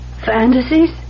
Fantasies